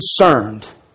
concerned